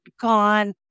gone